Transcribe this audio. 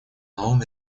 новым